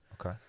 Okay